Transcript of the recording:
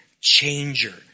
changer